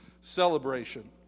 celebration